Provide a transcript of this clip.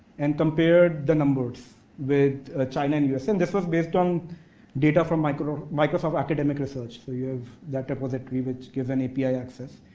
and compared the numbers with china and us, and this was based on data from microsoft microsoft academic research. so, you have that repository which gives an api access.